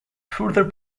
further